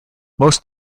most